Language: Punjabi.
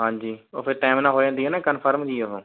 ਹਾਂਜੀ ਉਹ ਫਿਰ ਟਾਈਮ ਨਾਲ ਹੋ ਜਾਂਦੀ ਆ ਨਾ ਕਨਫਰਮ ਜੀ ਉਹ